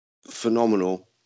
phenomenal